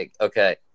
Okay